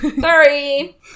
sorry